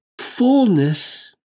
fullness